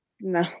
No